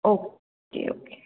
okay okay